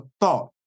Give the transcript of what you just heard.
thought